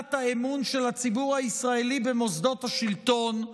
מידת האמון של הציבור הישראלי במוסדות השלטון,